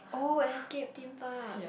oh Escape-Theme-Park